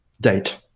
Date